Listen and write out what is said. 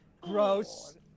Gross